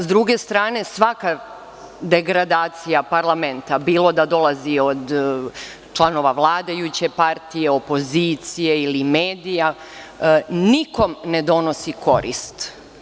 S druge strane, svaka degradacija parlamenta, bilo da dolazi od članova vladajuće partije, opozicije ili medija, nikom ne donosi korist.